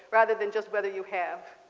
rather than just whether you have?